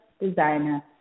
designer